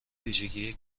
ویژگی